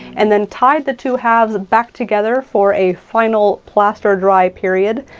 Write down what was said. and then tied the two halves back together for a final plaster dry period.